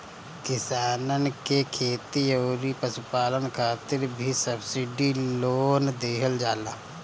किसानन के खेती अउरी पशुपालन खातिर भी सब्सिडी लोन देहल जाला